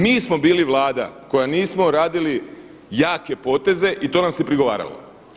Mi smo bili Vlada koji nismo radili jake poteze i to nam se prigovaralo.